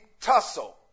tussle